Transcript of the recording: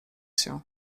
się